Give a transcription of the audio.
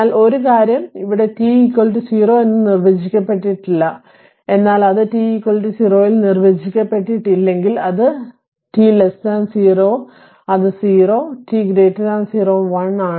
എന്നാൽ ഒരു കാര്യം അവിടെ t 0 എന്ന് നിർവചിക്കപ്പെട്ടിട്ടില്ല എന്നാൽ അത് t 0 ൽ നിർവചിക്കപ്പെട്ടിട്ടില്ലെങ്കിൽ അത് 0 t 0 അത് 0 t 0 1 ആണ്